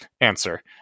answer